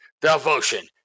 Devotion